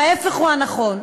ההפך הוא הנכון.